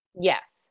Yes